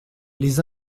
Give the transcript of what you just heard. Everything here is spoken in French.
les